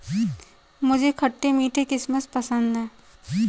मुझे खट्टे मीठे किशमिश पसंद हैं